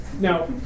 now